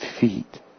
feet